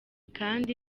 kandi